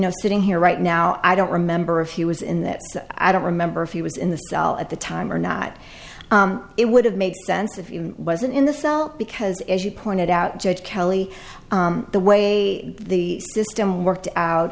know sitting here right now i don't remember if he was in that i don't remember if he was in the cell at the time or not it would have made sense if you wasn't in the cell because as you pointed out judge kelly the way the system worked out